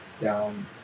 down